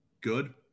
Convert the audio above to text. Good